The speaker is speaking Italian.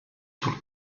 sul